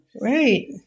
Right